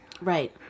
Right